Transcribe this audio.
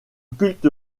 culte